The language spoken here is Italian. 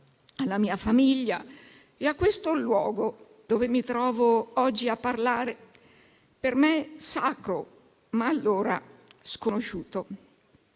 alla mia famiglia e a questo luogo dove mi trovo oggi a parlare: per me sacro, ma allora sconosciuto.